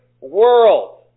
world